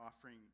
offering